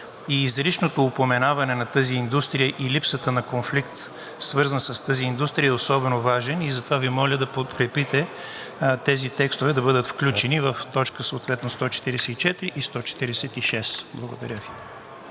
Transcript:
и изричното упоменаване на тази индустрия, и липсата на конфликт, свързан с тази индустрия е особено важен. Затова Ви моля да подкрепите тези текстове да бъдат включени в точка съответно 144 и 146. Благодаря Ви.